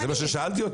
אז זה מה ששאלתי אותך.